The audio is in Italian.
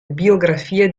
biografie